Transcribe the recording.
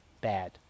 bad